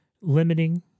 limiting